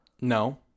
No